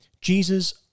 Jesus